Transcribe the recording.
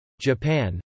Japan